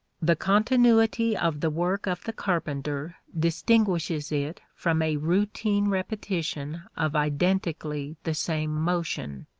the continuity of the work of the carpenter distinguishes it from a routine repetition of identically the same motion,